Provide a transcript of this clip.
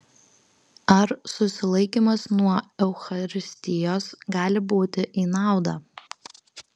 ar susilaikymas nuo eucharistijos gali būti į naudą